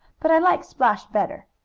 but i like splash better,